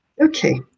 okay